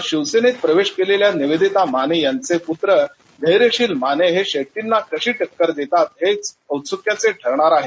आता शिवसेनेत प्रवेश केलेल्या निवेदिता माने यांचे पूत्र धैर्यशील माने हे शेट्टींना कशी टक्कर देतात हेच औत्स्युक्याचे ठरणार आहे